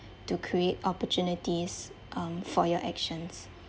to create opportunities um for your actions